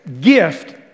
gift